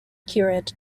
curate